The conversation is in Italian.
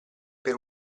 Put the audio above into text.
per